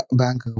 bank